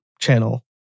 channel